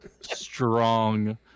Strong